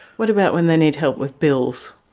what about when they need help with bills?